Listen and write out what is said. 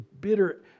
bitter